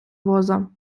воза